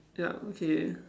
up okay